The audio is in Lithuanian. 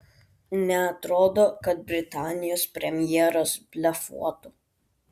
neatrodo kad britanijos premjeras blefuotų